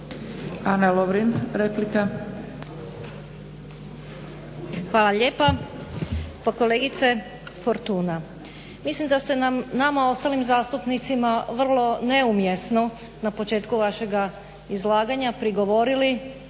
**Lovrin, Ana (HDZ)** Hvala lijepa. Pa kolegice Fortuna, mislim da ste nam, nama ostalim zastupnicima vrlo neumjesno na početku vašega izlaganja prigovorili